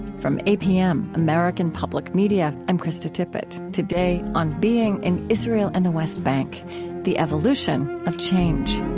from apm, american public media, i'm krista tippett. today, on being in israel and the west bank the evolution of change.